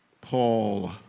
Paul